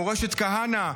מורשת כהנא,